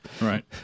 Right